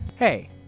Hey